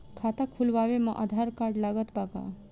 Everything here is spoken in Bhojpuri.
खाता खुलावे म आधार कार्ड लागत बा का?